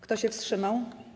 Kto się wstrzymał?